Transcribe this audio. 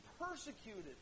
persecuted